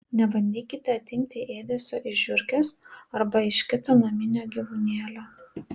nebandykite atimti ėdesio iš žiurkės arba iš kito naminio gyvūnėlio